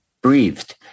breathed